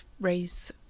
raise